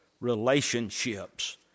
relationships